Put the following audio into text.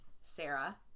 Sarah